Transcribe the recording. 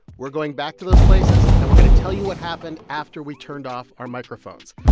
we're going back to those places, and we're going to tell you what happened after we turned off our microphones.